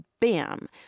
bam